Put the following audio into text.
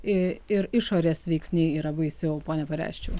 ir išorės veiksniai yra baisiau pone pareščiau